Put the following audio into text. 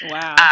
Wow